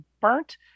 burnt